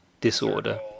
Disorder